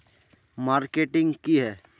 Marketing की है?